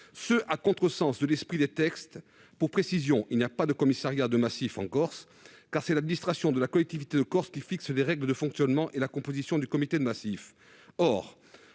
ce à contresens de l'esprit des textes ? Pour précision, il n'y a pas de commissariat de massif en Corse, car c'est l'administration de la collectivité de Corse qui fixe les règles de fonctionnement et la composition du comité de massif.